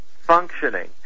functioning